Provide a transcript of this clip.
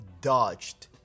dodged